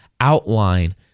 outline